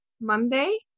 Monday